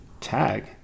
tag